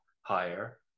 higher